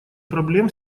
проблем